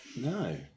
No